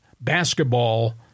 basketball